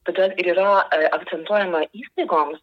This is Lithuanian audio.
todėl ir yra akcentuojama įstaigoms